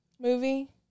movie